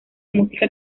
música